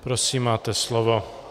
Prosím, máte slovo.